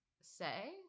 say